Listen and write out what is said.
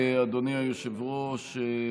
היושב-ראש.